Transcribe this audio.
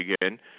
again